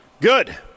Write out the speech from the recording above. Good